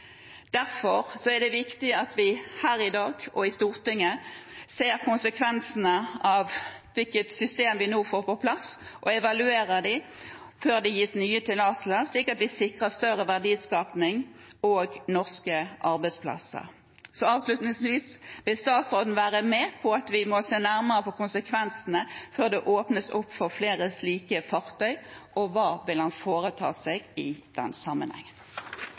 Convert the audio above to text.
er det viktig at vi her i dag og i Stortinget ser konsekvensene av hvilket system vi nå får på plass, og evaluerer det før det gis nye tillatelser, slik at vi sikrer større verdiskaping og norske arbeidsplasser. Så avslutningsvis: Vil statsråden være med på at vi må se nærmere på konsekvensene før det åpnes opp for flere slike fartøy, og hva vil han foreta seg i den